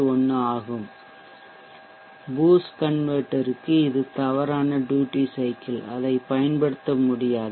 81 ஆகும் பூஸ்ட் கன்வெர்ட்டர்க்கு இது தவறான ட்யூட்டி சைக்கிள் அதைப் பயன்படுத்த முடியாது